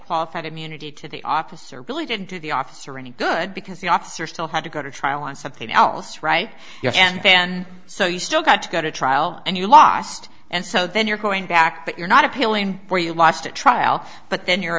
qualified immunity to the officer related to the officer any good because the officer still had to go to trial on something else right and then so you still got to go to trial and you lost and so then you're going back that you're not appealing where you lost a trial but then you're